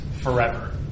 forever